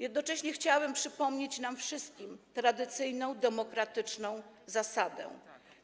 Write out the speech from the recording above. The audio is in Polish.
Jednocześnie chciałabym przypomnieć nam wszystkim tradycyjną demokratyczną zasadę: